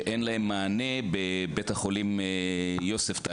שאין להם מענה בבית החולים יוספטל,